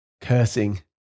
cursing